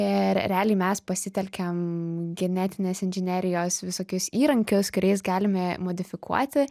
ir realiai mes pasitelkiam genetinės inžinerijos visokius įrankius kuriais galime modifikuoti